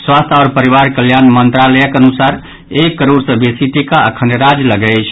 स्वास्थ्य आओर परिवार कल्याण मंत्रालयक अनुसार एक करोड़ सँ बेसी टीका अखन राज्य लऽग अछि